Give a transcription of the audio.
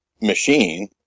machine